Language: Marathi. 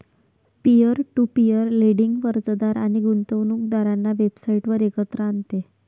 पीअर टू पीअर लेंडिंग कर्जदार आणि गुंतवणूकदारांना वेबसाइटवर एकत्र आणते